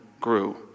grew